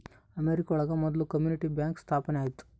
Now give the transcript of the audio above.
America ಒಳಗ ಮೊದ್ಲು community bank ಸ್ಥಾಪನೆ ಆಯ್ತು